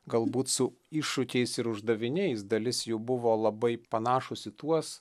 galbūt su iššūkiais ir uždaviniais dalis jų buvo labai panašūs į tuos